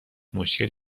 مشکل